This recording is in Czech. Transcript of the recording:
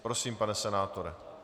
Prosím, pane senátore.